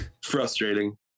Frustrating